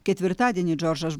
ketvirtadienį džordžas